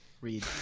read